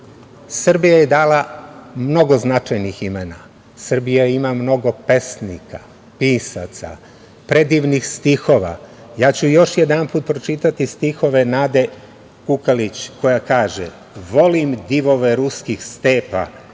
naroda. Srbija je dala mnogo značajnih imena. Srbija ima mnogo pesnika, pisaca, predivnih stihova. Ja ću još jedanput pročitati stihove Nade Kukalić, koja kaže – volim divove ruskih stepa